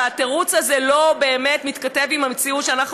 והתירוץ הזה לא באמת מתכתב עם המציאות שאנחנו